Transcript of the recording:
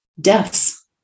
deaths